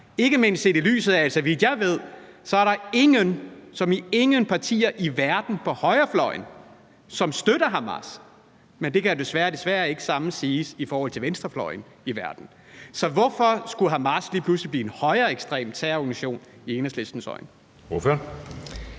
ikke mindst set i lyset af, at der, så vidt jeg ved, ikke er nogen – som i ingen – partier i verden på højrefløjen, som støtter Hamas. Men det samme kan jeg desværre ikke sige i forhold til venstrefløjen i verden, så hvorfor skulle Hamas lige pludselig være en højreorienteret terrororganisation i Enhedslistens øjne?